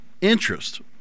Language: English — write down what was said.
interest